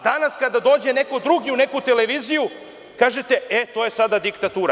Danas kada dođe neko drugi u neku televiziju kažete – e, to je sada diktatura.